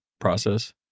process